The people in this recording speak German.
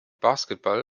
basketball